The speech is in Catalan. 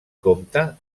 compta